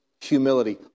humility